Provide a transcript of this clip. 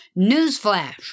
newsflash